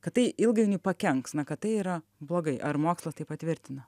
kad tai ilgainiui pakenks na kad tai yra blogai ar mokslas tai patvirtina